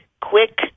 quick